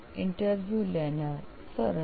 interview લેનાર સરસ